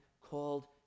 called